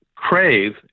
crave